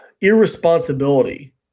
irresponsibility